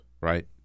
right